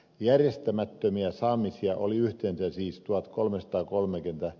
järjestämättömiä saamisia oli yhteensä siis tuhatkolmesataakolmekymmentä